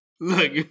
Look